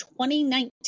2019